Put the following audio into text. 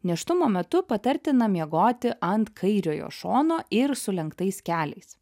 nėštumo metu patartina miegoti ant kairiojo šono ir sulenktais keliais